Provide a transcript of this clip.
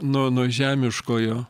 nuo nuo žemiškojo